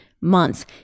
months